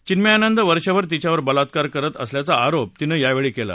चिन्मयानंद वर्षभर तिच्यावर बलात्कार करत असल्याचा आरोप तिनं यावेळी केला